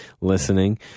listening